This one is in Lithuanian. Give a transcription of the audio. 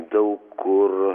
daug kur